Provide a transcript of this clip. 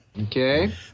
Okay